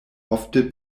ofte